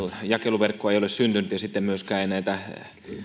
jakeluverkkoa ei ole syntynyt ja sitten myöskään ei näitä